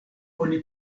oni